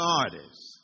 artists